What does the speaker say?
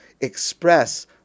express